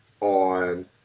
on